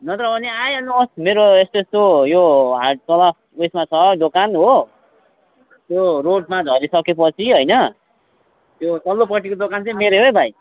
नत्र भने आइहाल्नुहोस् मेरो यस्तो यस्तो यो हाट तल उएसमा छ दोकान हो यो रोडमा झरिसकेपछि होइन त्यो तल्लोपट्टिको दोकन चाहिँ मेरो है भाइ